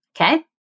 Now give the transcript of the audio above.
Okay